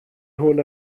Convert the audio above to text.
hwn